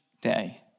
day